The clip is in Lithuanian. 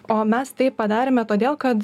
o mes tai padarėme todėl kad